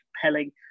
compelling